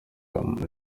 abe